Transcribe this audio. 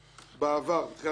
בתחילת הדרך.